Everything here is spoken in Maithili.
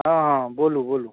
हँ हँ बोलू बोलू